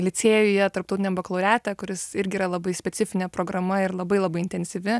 licėjuje tarptautiniam bakalaureate kuris irgi yra labai specifinė programa ir labai labai intensyvi